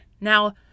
Now